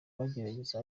bagerageza